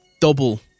double